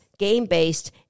game-based